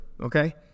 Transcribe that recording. okay